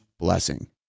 blessing